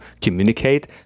communicate